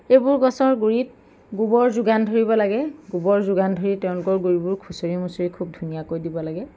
এইবোৰ গছৰ গুড়িত গোবৰ যোগান ধৰিব লাগে গোবৰ যোগান ধৰি তেওঁলোকৰ গুড়িবোৰ খুচৰি মুচৰি খুব ধুনীয়াকৈ দিব লাগে